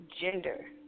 gender